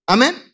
Amen